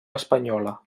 espanyola